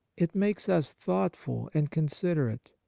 it makes us thoughtful and considerate.